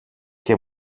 και